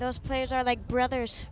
those players are like brothers